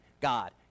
God